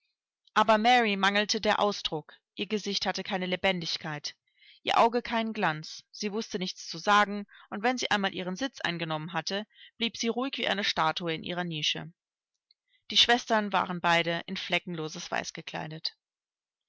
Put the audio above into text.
aber mary mangelte der ausdruck ihr gesicht hatte keine lebendigkeit ihr auge keinen glanz sie wußte nichts zu sagen und wenn sie einmal ihren sitz eingenommen hatte blieb sie ruhig wie eine statue in ihrer nische die schwestern waren beide in fleckenloses